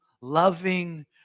loving